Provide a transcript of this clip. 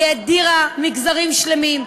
היא הדירה מגזרים שלמים,